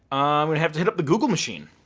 and have to hit up the google machine.